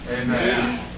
Amen